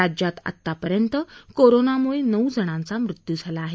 राज्यात आतापर्यंत कोरोनामुळे नऊ जणांचा मृत्यू झाला आहे